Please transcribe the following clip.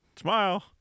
smile